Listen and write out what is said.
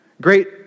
great